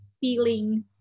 feeling